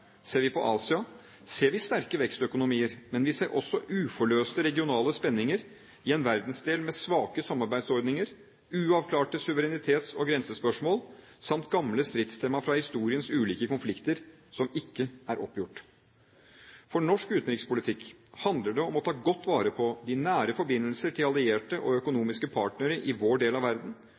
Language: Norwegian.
Ser vi på Asia, ser vi sterke vekstøkonomier, men vi ser også uforløste regionale spenninger i en verdensdel med svake samarbeidsordninger, uavklarte suverenitets- og grensespørsmål, samt gamle stridstema fra historiens ulike konflikter som ikke er oppgjort. For norsk utenrikspolitikk handler det om å ta godt vare på de nære forbindelser til allierte og økonomiske partnere i vår del av verden